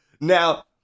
Now